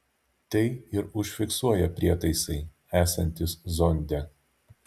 tai ir užfiksuoja prietaisai esantys zonde